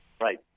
Right